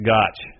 Gotch